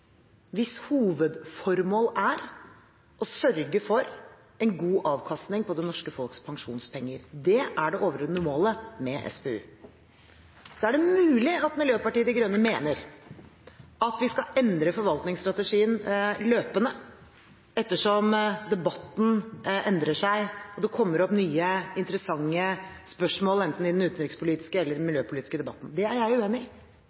hvis hovedformål er å sørge for en god avkastning på det norske folks pensjonspenger. Det er det overordnede målet med SPU. Så er det mulig at Miljøpartiet De Grønne mener at vi skal endre forvaltningsstrategien løpende etter som debatten endrer seg og det kommer opp nye, interessante spørsmål, enten i den utenrikspolitiske eller den miljøpolitiske debatten. Det er jeg uenig i.